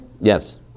yes